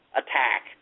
attack